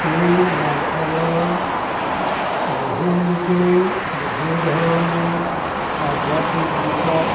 এই অঞ্চলৰ বহু লোকেই বহু ধৰণে আধ্যাত্মিক দিশক